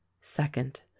Second